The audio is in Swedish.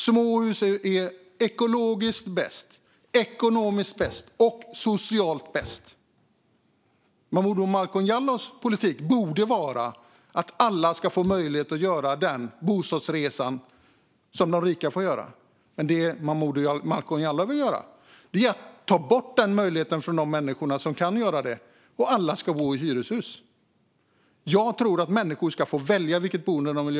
Småhus är ekologiskt bäst, ekonomiskt bäst och socialt bäst. Momodou Malcolm Jallows politik borde vara att alla ska få möjlighet att göra den bostadsresa som de rika får göra. Men det Momodou Malcolm Jallow vill är att ta bort den möjligheten från de människor som kan göra det och att alla ska bo i hyreshus. Jag tror på att människor ska få välja vilket boende de vill.